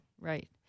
Right